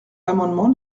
l’amendement